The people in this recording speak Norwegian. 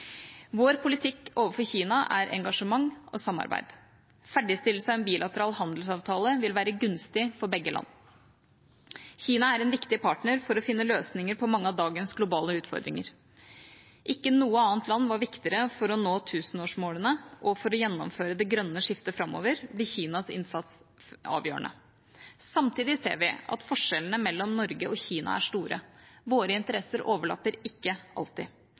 Vår politikk overfor Kina er engasjement og samarbeid. Ferdigstillelse av en bilateral handelsavtale vil være gunstig for begge land. Kina er en viktig partner for å finne løsninger på mange av dagens globale utfordringer. Ikke noe annet land var viktigere for å nå tusenårsmålene, og for å gjennomføre det grønne skiftet framover blir Kinas innsats avgjørende. Samtidig ser vi at forskjellene mellom Norge og Kina er store. Våre interesser overlapper ikke alltid.